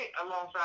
alongside